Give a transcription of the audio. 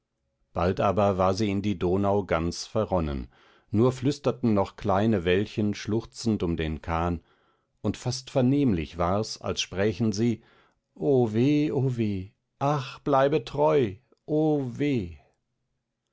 bald aber war sie in die donau ganz verronnen nur flüsterten noch kleine wellchen schluchzend um den kahn und fast vernehmlich war's als sprächen sie o weh o weh ach bleibe treu o weh